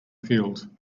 field